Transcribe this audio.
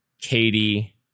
Katie